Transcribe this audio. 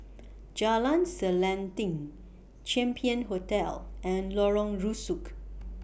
Jalan Selanting Champion Hotel and Lorong Rusuk